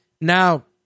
Now